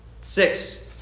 Six